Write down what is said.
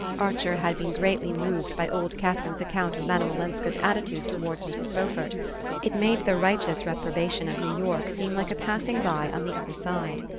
archer had been greatly moved by old catherine's account of madame olenska's attitude toward mrs. beaufort it made the righteous reprobation of new york seem like a passing by on the other side.